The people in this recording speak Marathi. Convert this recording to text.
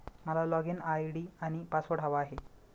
मला लॉगइन आय.डी आणि पासवर्ड हवा आहे